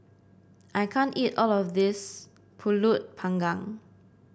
I can't eat all of this pulut panggang